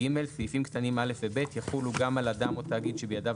סעיפים קטנים (א) ו-(ב) יחולו גם על אדם או תאגיד שבידיו